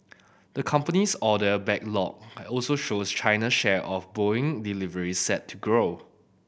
the company's order backlog also shows China's share of Boeing deliveries set to grow